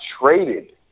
traded